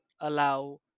allow